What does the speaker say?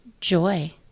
Joy